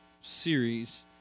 series